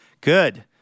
Good